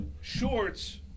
shorts